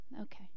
okay